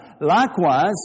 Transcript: Likewise